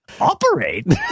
Operate